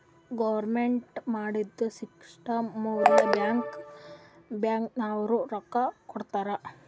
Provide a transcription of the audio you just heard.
government ಮಾಡಿದು scheme ಮ್ಯಾಲ bank ನವ್ರು ರೊಕ್ಕಾ ಕೊಡ್ತಾರ್